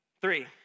Three